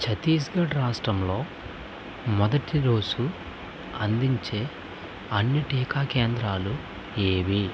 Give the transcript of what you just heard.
ఛత్తీస్గఢ్ రాష్ట్రంలో మొదటి డోసు అందించే అన్ని టీకా కేంద్రాలు ఏవి